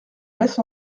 laisse